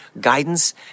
guidance